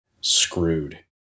screwed